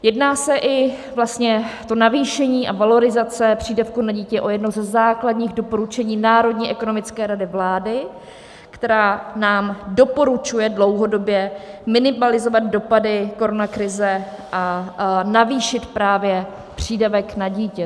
Jedná se i vlastně to navýšení a valorizace přídavku na dítě o jedno ze základních doporučení Národní ekonomické rady vlády, která nám doporučuje dlouhodobě minimalizovat dopady koronakrize a navýšit právě přídavek na dítě.